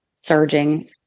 surging